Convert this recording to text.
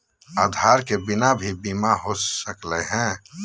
आधार के बिना भी बीमा हो सकले है?